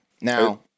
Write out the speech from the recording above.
now